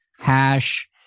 hash